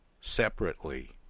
separately